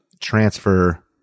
transfer